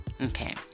Okay